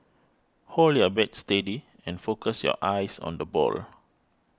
hold your bat steady and focus your eyes on the ball